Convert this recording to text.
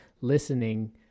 listening